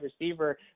receiver